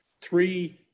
three